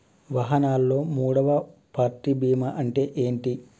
వాహనాల్లో మూడవ పార్టీ బీమా అంటే ఏంటి?